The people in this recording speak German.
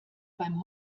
beim